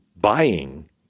buying